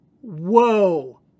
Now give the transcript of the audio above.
whoa